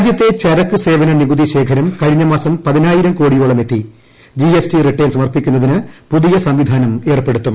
രാജ്യത്തെ ചരക്കു സേവന നികുതിശേഖരം കഴിഞ്ഞ മാസം പതിനായിരം കോടിയോളം എത്തി ജി എസ് ടി റിട്ടേൺ സമർപ്പിക്കുന്നതിന് പുതിയ സംവിധാനം ഏർപ്പെടുത്തും